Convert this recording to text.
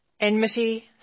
enmity